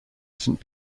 saint